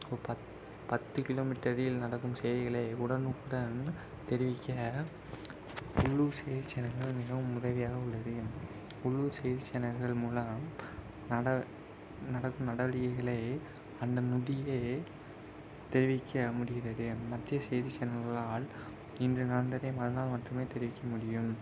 ஒரு பத் பத்து கிலோ மீட்டரில் நடக்கும் செய்திகளை உடனுக்குடன் தெரிவிக்க உள்ளூர் செய்தி சேனல்கள் மிகவும் உதவியாக உள்ளது உள்ளூர் செய்தி சேனல்கள் மூலம் நட நடக்கும் நடவடிக்கைகளை அந்த நொடியே தெரிவிக்க முடிகிறது மத்திய செய்தி சேனல்களால் இன்று நடந்ததை மறுநாள் மட்டுமே தெரிவிக்க முடியும்